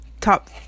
top